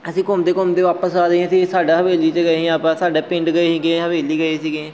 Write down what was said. ਅਸੀਂ ਘੁੰਮਦੇ ਘੁੰਮਦੇ ਵਾਪਿਸ ਆ ਰਹੇ ਸੀ ਸਾਡਾ ਹਵੇਲੀ 'ਚ ਗਏ ਸੀ ਆਪਾਂ ਸਾਡੇ ਪਿੰਡ ਗਏ ਸੀਗੇ ਹਵੇਲੀ ਗਏ ਸੀਗੇ